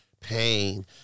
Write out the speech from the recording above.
pain